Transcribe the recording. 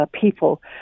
people